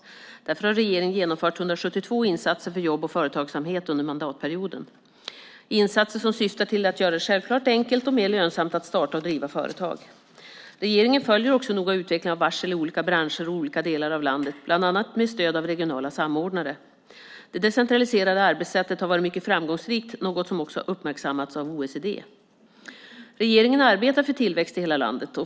Därför har regeringen genomfört 172 insatser för jobb och företagsamhet under mandatperioden. Det är insatser som syftar till att göra det självklart, enkelt och mer lönsamt att starta och driva företag. Regeringen följer också noga utvecklingen av varsel i olika branscher och i olika delar av landet bland annat med stöd av regionala samordnare. Det decentraliserade arbetssättet har varit mycket framgångsrikt, något som också har uppmärksammats av OECD. Regeringen arbetar för tillväxt i hela landet.